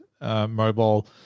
mobile